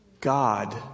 God